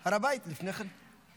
הר הבית לפני כן.